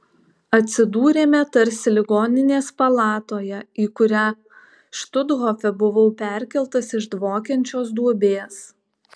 atsidūrėme tarsi ligoninės palatoje į kurią štuthofe buvau perkeltas iš dvokiančios duobės